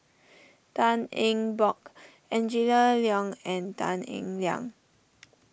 Tan Eng Bock Angela Liong and Tan Eng Liang